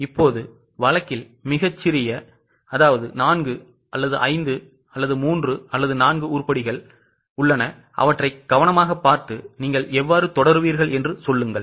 இப்போது வழக்கில் மிகச் சிறிய 4 5 3 4 உருப்படிகள் அவற்றை கவனமாகப் பார்த்து நீங்கள் எவ்வாறு தொடருவீர்கள் என்று சொல்லுங்கள்